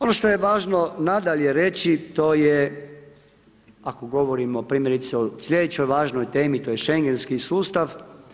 Ono što je važno nadalje reći to je ako govorimo primjerice o sljedećoj važnoj temi to je Schengenski sustav.